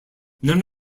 none